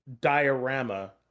diorama